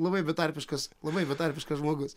labai betarpiškas labai betarpiškas žmogus